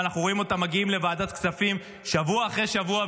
ואנחנו רואים אותם מגיעים לוועדת כספים שבוע אחרי שבוע,